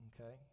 Okay